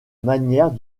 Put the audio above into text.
manière